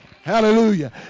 hallelujah